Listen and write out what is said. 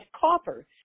copper